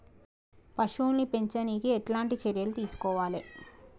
పశువుల్ని పెంచనీకి ఎట్లాంటి చర్యలు తీసుకోవాలే?